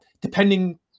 depending